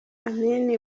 amin